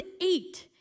eight